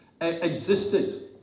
existed